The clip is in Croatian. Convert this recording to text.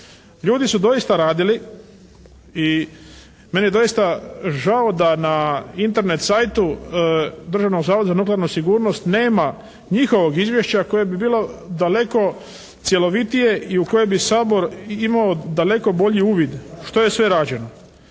Ljudi su doista radili i meni je doista žao da Internet siteu Državnog zavoda za nuklearnu sigurnost nema njihovog izvješća koje bi bilo daleko cjelovitije i u koje bi Sabor imao daleko bolji uvid što je sve rađeno.